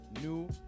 new